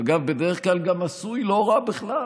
אגב, בדרך כלל גם עשוי לא רע בכלל.